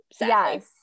Yes